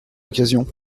occasions